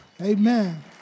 amen